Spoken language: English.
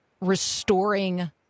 restoring